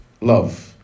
love